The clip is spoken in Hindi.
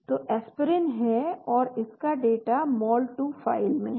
तो एस्पिरिन है और इसका डेटा mol2 फ़ाइल में है